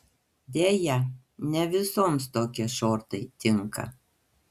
deja ne visoms tokie šortai tinka